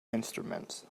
instruments